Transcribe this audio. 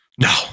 No